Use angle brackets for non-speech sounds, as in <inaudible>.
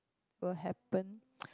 will happen <noise>